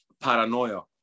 paranoia